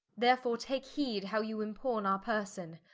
therefore take heed how you impawne our person,